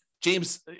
james